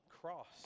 cross